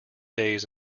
days